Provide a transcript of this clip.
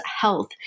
health